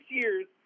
years